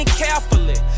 carefully